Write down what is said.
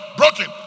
broken